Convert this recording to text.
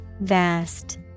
Vast